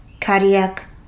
cardiac